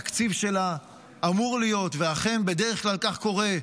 שהתקציב שלה אמור להיות, ואכן בדרך כלל כך קורה,